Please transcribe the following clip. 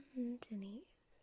underneath